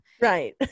Right